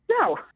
No